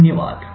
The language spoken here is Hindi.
धन्यवाद